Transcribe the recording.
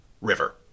river